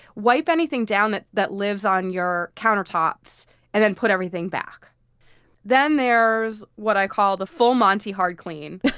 wipe anything down that that lives on your countertops and then put everything back then there's what i call the full-monty hard clean,